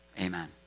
Amen